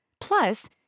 Plus